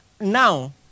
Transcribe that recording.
Now